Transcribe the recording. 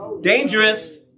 Dangerous